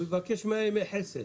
הוא יבקש מאה ימי חסד.